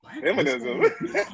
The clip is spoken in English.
Feminism